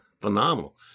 phenomenal